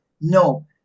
no